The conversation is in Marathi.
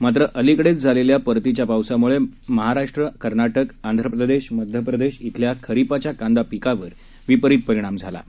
मात्र अलिकडेच झालेल्या परतिच्या मुसळधार पावसामुळे महाराष्ट्र कर्नाटक आंध्रप्रदेश मध्यप्रदेश श्रिल्या खरीपाच्या कांदा पिकावर विपरित परिणाम झाला आहे